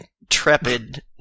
intrepid